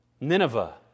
Nineveh